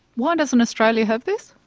why doesn't australia have this?